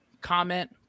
comment